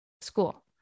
school